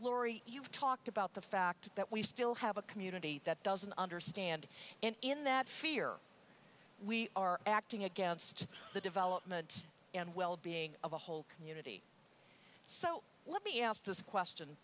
lori you've talked about the fact that we still have a community that doesn't understand and in that fear we are acting against the development and well being of a whole community so let me ask this question